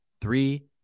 three